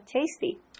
tasty